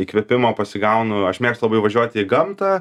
įkvėpimo pasigaunu aš mėgstu labai važiuoti į gamtą